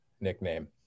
nickname